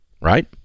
right